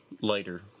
later